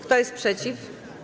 Kto jest przeciw?